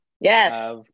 yes